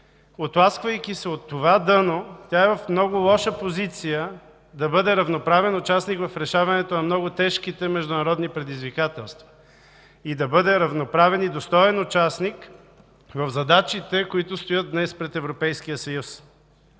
Оттласквайки се от това дъно, тя е в много лоша позиция да бъде равноправен участник в решаването на много тежките международни предизвикателства и да бъде равноправен и достоен участник в задачите, които стоят днес пред Европейския съюз.